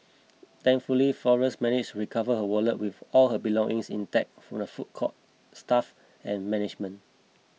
thankfully Flores managed recover her wallet with all her belongings intact from the food court staff and management